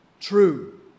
true